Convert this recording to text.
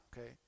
okay